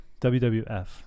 WWF